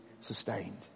sustained